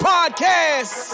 Podcast